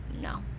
no